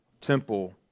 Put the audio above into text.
temple